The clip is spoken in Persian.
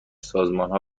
سازمانها